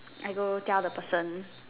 I go tell the person